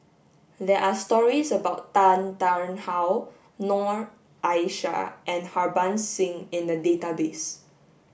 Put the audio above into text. there are stories about Tan Tarn How Noor Aishah and Harbans Singh in the database